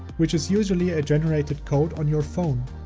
which is usually a generated code on your phone.